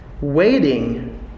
waiting